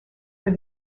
were